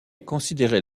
considérait